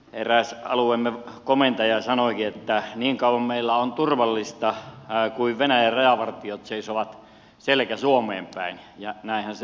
eräs alueemme komentaja sanoikin että niin kauan meillä on turvallista kun venäjän rajavartiot seisovat selkä suomeen päin ja näinhän se on